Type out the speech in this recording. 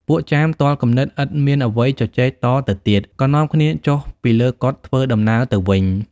ពួកចាមទាល់គំនិតឥតមានអ្វីជជែកតទៅទៀត ក៏នាំគ្នាចុះពីលើកុដិធ្វើដំណើរទៅវិញ។